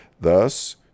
Thus